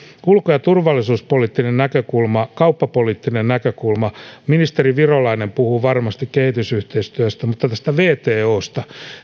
ulko ja turvallisuuspoliittinen näkökulma kauppapoliittinen näkökulma ministeri virolainen puhuu varmasti kehitysyhteistyöstä mutta tästä wtosta